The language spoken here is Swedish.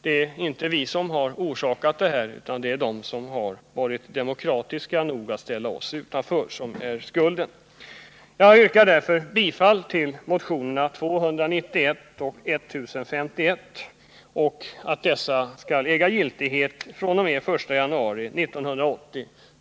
det är inte vi som orsakat detta utan det är de som varit ”demokratiska” nog att ställa oss utanför som bär skulden. Jag yrkar därför bifall till motionerna 291 och 1051 och hemställer att lagförslagen i dessa skall äga giltighet från den 1 januari 1980.